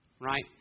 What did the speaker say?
right